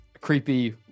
creepy